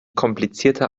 komplizierter